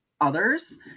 others